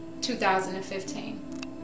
2015